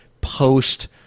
post